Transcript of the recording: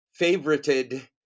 favorited